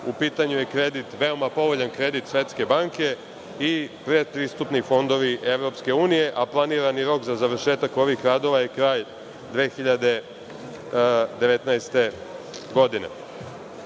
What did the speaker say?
U pitanju je veoma povoljan kredit Svetske banke i prepristupni fondovi EU, a planirani rok za završetak ovih radova je kraj 2019. godine. Mi